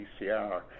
PCR